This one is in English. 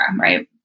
right